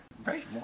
Right